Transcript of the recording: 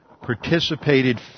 participated